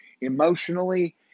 emotionally